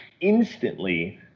instantly